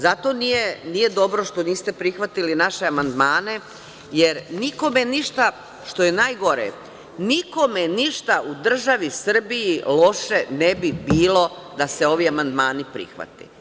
Zato nije dobro što niste prihvatili naše amandmane, jer nikome ništa, što je najgore, nikome ništa u državi Srbiji loše ne bi bilo da se ovi amandmani prihvate.